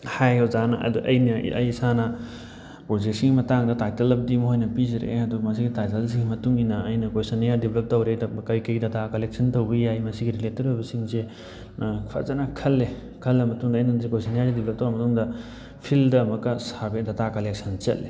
ꯍꯥꯏ ꯑꯣꯖꯥꯅ ꯑꯗꯨ ꯑꯩꯅ ꯑꯩ ꯏꯁꯥꯅ ꯄꯔꯣꯖꯦꯛꯁꯤꯒꯤ ꯃꯇꯥꯡꯗ ꯇꯥꯏꯇꯜ ꯑꯃꯗꯤ ꯃꯣꯏꯅ ꯄꯤꯖꯔꯛꯑꯦ ꯑꯗꯨꯒ ꯃꯁꯤꯒꯤ ꯇꯥꯏꯇꯜꯁꯤꯒꯤ ꯃꯇꯨꯡ ꯏꯟꯅ ꯑꯩꯅ ꯀꯣꯏꯁꯟꯅꯤꯌꯔ ꯗꯦꯕꯂꯕ ꯇꯧꯔꯦ ꯀꯔꯤ ꯀꯔꯤ ꯗꯥꯇꯥ ꯀꯂꯦꯛꯁꯟ ꯇꯧꯕ ꯌꯥꯏ ꯃꯁꯤꯒꯤ ꯔꯤꯂꯦꯇꯦꯠ ꯑꯣꯏꯕ ꯁꯤꯡꯁꯦ ꯐꯖꯅ ꯈꯜꯂꯦ ꯈꯜꯂ ꯃꯇꯨꯡꯗ ꯑꯩꯅ ꯁꯤ ꯀꯣꯏꯁꯟꯅꯤꯌꯥꯔ ꯗꯦꯕꯂꯕ ꯇꯧꯔ ꯃꯇꯨꯡꯗ ꯐꯤꯜꯗ ꯑꯃꯨꯛꯀ ꯁꯔꯕꯦ ꯗꯥꯇꯥ ꯀꯂꯦꯛꯁꯟ ꯆꯠꯂꯦ